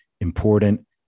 important